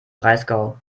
breisgau